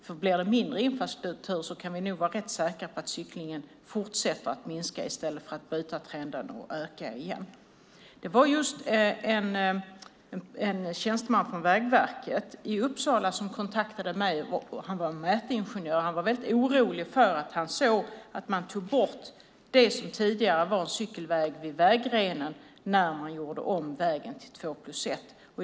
Om det blir mindre infrastruktur kan vi vara rätt säkra på att cyklingen fortsätter att minska i stället för att trenden bryts och den ökar igen. En tjänsteman vid Vägverket i Uppsala som är mätingenjör kontaktade mig och var väldigt orolig för att man tog bort det som tidigare var cykelväg längs vägrenarna när man gjorde om vägar till två-plus-ett-vägar.